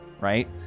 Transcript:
right